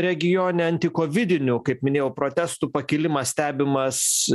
regione antikovidinių kaip minėjau protestų pakilimas stebimas